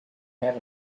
have